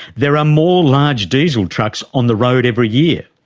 there are more large diesel trucks on the road every year,